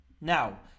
Now